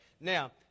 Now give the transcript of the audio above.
Now